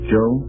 Joe